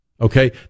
Okay